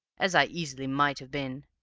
as i easily might have been,